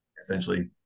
essentially